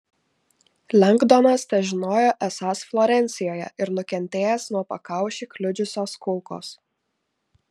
lengdonas težinojo esąs florencijoje ir nukentėjęs nuo pakaušį kliudžiusios kulkos